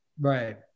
Right